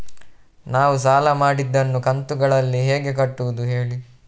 ನಾವು ಸಾಲ ಮಾಡಿದನ್ನು ಕಂತುಗಳಲ್ಲಿ ಹೇಗೆ ಕಟ್ಟುದು ಹೇಳಿ